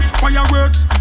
fireworks